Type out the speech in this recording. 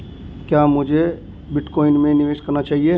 क्या मुझे बिटकॉइन में निवेश करना चाहिए?